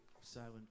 silent